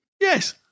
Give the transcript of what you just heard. Yes